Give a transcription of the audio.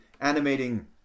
animating